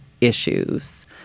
issues